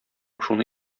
шуны